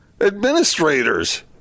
Administrators